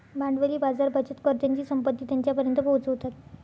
भांडवली बाजार बचतकर्त्यांची संपत्ती त्यांच्यापर्यंत पोहोचवतात